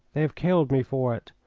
they have killed me for it.